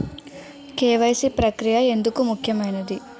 KYC ప్రక్రియ ఎందుకు ముఖ్యమైనది?